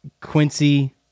Quincy